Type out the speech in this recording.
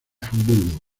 hamburgo